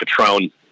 Patron